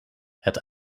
het